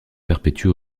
perpétue